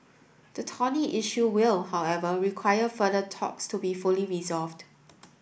the thorny issue will however require further talks to be fully resolved